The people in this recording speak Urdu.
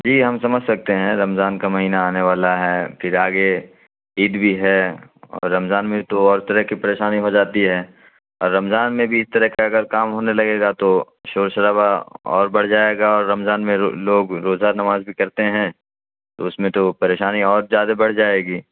جی ہم سمجھ سکتے ہیں رمضان کا مہینہ آنے والا ہے پھر آگے عید بھی ہے اور رمضان میں تو اور طرح کی پریشانی ہو جاتی ہے اور رمضان میں بھی اس طرح کا اگر کام ہونے لگے گا تو شور شرابہ اور بڑھ جائے گا اور رمضان میں لوگ روزہ نماز بھی کرتے ہیں تو اس میں تو پریشانی اور زیادہ بڑھ جائے گی